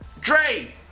dre